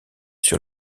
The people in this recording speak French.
sur